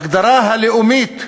ההגדרה הלאומית,